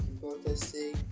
protesting